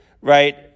right